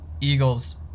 Eagles